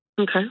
Okay